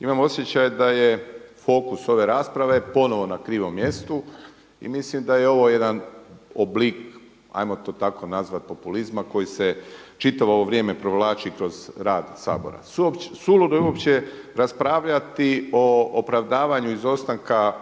Imam osjećaj da je fokus ove rasprave ponovno na krivom mjestu i mislim da je ovo jedan oblik, 'ajmo to tako nazvati populizma koji se čitavo ovo vrijeme provlači kroz rad Sabora. Suludo je uopće raspravljati o opravdavanju izostanka